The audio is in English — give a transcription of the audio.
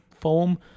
foam